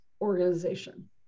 organization